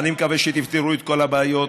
אני מקווה שתפתרו את כל הבעיות